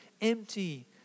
empty